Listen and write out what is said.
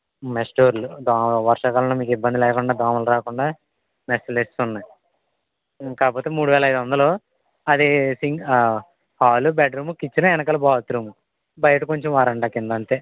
mesh డోర్లు దో వర్షాకాలంలో మీకు ఇబ్బంది లేకుండా దోమలు రాకుండా మెష్లు వెసెసున్నాయి కాకపోతే మూడు వేల ఐదు వందలు అదే సింగ్ హాలు బెడ్రూమ్ కిచెన్ వెనకాల బాత్రూము బయట కొంచెం వరండా కింద అంతే